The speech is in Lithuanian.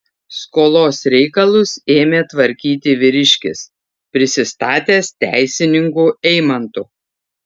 skolos reikalus ėmė tvarkyti vyriškis prisistatęs teisininku eimantu